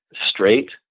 straight